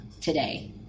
today